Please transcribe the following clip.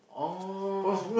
oh